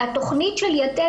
התוכנית של "יתד",